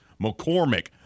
McCormick